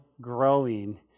growing